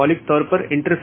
यह कनेक्टिविटी का तरीका है